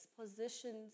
positions